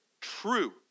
true